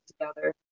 together